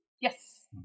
Yes